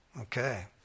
Okay